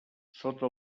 sota